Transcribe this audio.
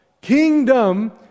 kingdom